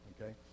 okay